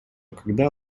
когда